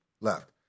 left